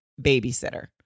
babysitter